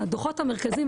שהדו"חות המרכזיים,